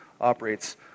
operates